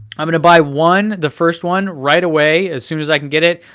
i'm gonna buy one, the first one right away, as soon as i can get it.